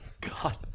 god